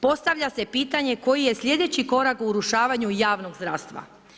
Postavlja se pitanje koji je sljedeći korak u urušavanju javnog zdravstva.